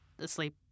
asleep